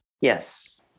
yes